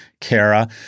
Kara